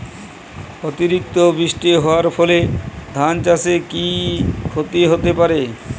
অতিরিক্ত বৃষ্টি হওয়ার ফলে ধান চাষে কি ক্ষতি হতে পারে?